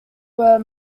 were